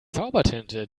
zaubertinte